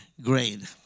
grade